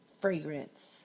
Fragrance